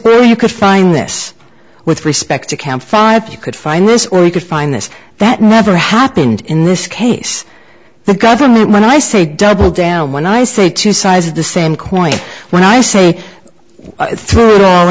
girl you could find this with respect to count five you could find this or you could find this that never happened in this case the government when i say double down when i say two sides of the same coin when i see through